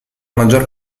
maggior